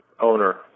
owner